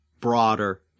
broader